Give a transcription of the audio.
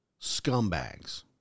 scumbags